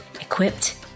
equipped